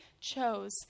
chose